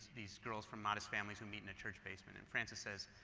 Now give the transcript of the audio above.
these girls from modest families who meet in a church basement and frances says,